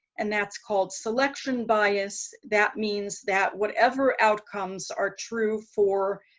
and that's called selection bias that means that whatever outcomes are true for